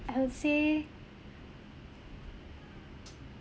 I would say